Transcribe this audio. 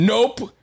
Nope